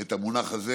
את המונח הזה.